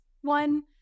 one